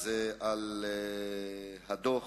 לדוח